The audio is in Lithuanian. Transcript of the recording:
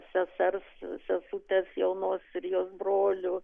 sesers sesutės jaunos ir jos brolių